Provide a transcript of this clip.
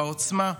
בעוצמה,